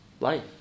life